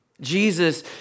Jesus